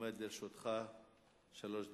לרשותך שלוש דקות.